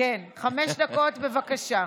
חמש דקות, בבקשה.